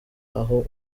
aho